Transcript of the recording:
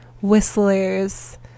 whistlers